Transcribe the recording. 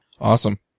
Awesome